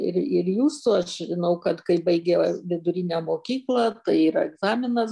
ir ir jūsų aš žinau kad kai baigia vidurinę mokyklą tai yra egzaminas